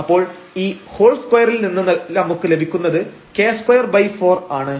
അപ്പോൾ ഈ ഹോൾ സ്ക്വയറിൽ നിന്ന് നമുക്ക് ലഭിക്കുന്നത് k24 ആണ്